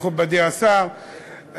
מכובדי השר,